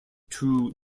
two